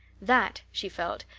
that, she felt,